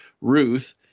Ruth